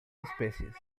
especies